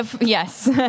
Yes